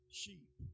sheep